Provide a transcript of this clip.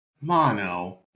mono